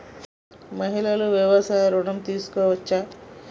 మహిళలు వ్యవసాయ ఋణం తీసుకోవచ్చా?